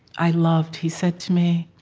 i loved. he said to me,